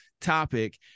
topic